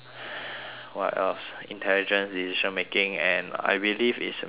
what else intelligence decision making and I believe is memory